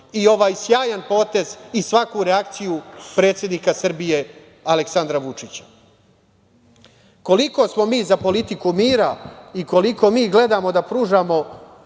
i ovaj sjajan potez i svaku reakciju predsednika Srbije, Aleksandra Vučića. Koliko smo mi za politiku mira i koliko mi gledamo da pružamo